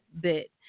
bit